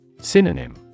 Synonym